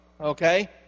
okay